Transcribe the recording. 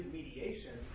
mediation